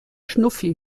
schnuffi